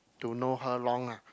to know her long ah